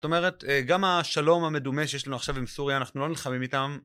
זאת אומרת, גם השלום המדומה שיש לנו עכשיו עם סוריה, אנחנו לא נלחמים איתם.